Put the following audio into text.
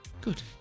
Good